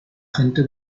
gente